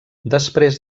després